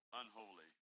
unholy